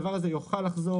הדבר הזה יוכל לחזור